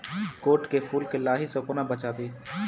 गोट केँ फुल केँ लाही सऽ कोना बचाबी?